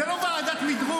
אני יכול לענות לך?